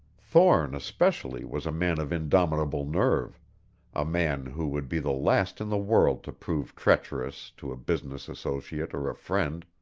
thorne, especially, was a man of indomitable nerve a man who would be the last in the world to prove treacherous to a business associate or a friend.